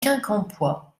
quincampoix